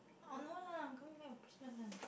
oh no lah come here on Christmas lah